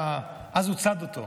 אז הוא צד אותו.